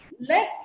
let